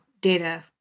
data